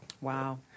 Wow